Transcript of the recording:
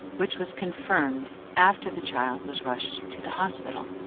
which was confirmed after the child was rushed to the hospital.